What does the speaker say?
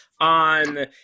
on